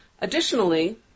Additionally